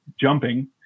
jumping